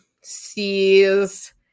sees